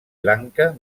lanka